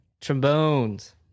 Trombones